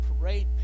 parade